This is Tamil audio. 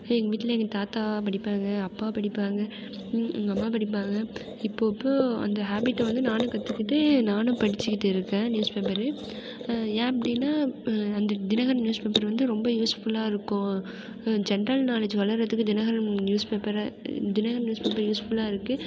எங்கள் வீட்டில் எங்கள் தாத்தா படிப்பாங்க அப்பா படிப்பாங்க எங்கள் அம்மா படிப்பாங்க இப்போது இப்போது அந்த ஹேபிட்டை வந்து நானும் கற்றுக்கிட்டு நானும் படிச்சுகிட்டு இருக்கேன் நியூஸ் பேப்பரு ஏன் அப்படின்னா அந்த தினகரன் நியூஸ் பேப்பர் வந்து ரொம்ப யூஸ்ஃபுல்லாக இருக்கும் ஜென்ரல் நாலேட்ஜ் வளர்கிறதுக்கு தினகரன் நியூஸ் பேப்பரை தினகரன் நியூஸ் பேப்பர் யூஸ்ஃபுல்லாக இருக்குது